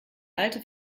alte